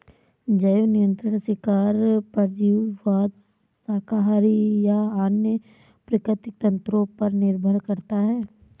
जैव नियंत्रण शिकार परजीवीवाद शाकाहारी या अन्य प्राकृतिक तंत्रों पर निर्भर करता है